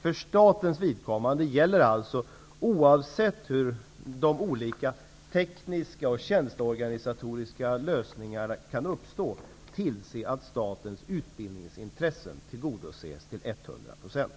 För statens vidkommande gäller alltså, oavsett hur de olika tekniska och tjänsteorganisatoriska lösningarna kan se ut, att tillse att statens utbildningsintressen tillgodoses till hundra procent.